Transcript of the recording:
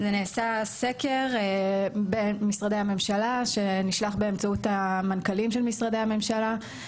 נעשה סקר במשרדי הממשלה שנשלח באמצעות המנכ"לים של משרדי הממשלה.